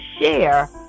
share